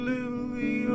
Lily